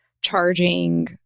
charging